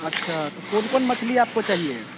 अच्छा तो कौन कौन मछली आपको चाहिए